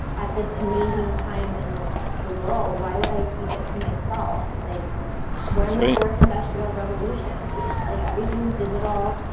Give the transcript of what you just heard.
at this amazing time in the world. why would i keep it to myself like we're in the fourth industrial revolution? like everything's digital.